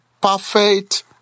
perfect